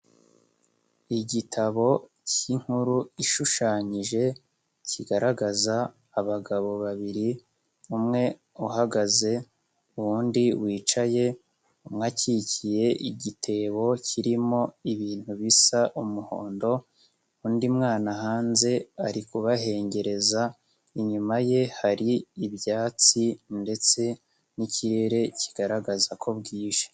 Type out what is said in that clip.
Igitabo cy'inkuru ishushanyije, kigaragaza abagabo babiri umwe uhagaze uwundi wicaye, umwe akikiye igitebo kirimo ibintu bisa umuhondo, undi mwana hanze ari kubahengereza, inyuma ye hari ibyatsi ndetse n'ikirere kigaragaza ko bwije.